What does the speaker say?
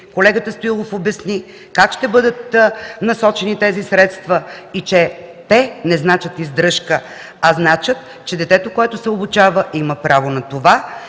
Колегата Стоилов обясни как ще бъдат насочени тези средства и че те не значат издръжка, а значат, че детето, което се обучава, има право на това.